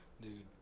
Dude